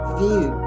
view